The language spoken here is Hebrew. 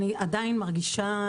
אני עדיין מרגישה,